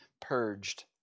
purged